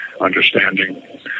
understanding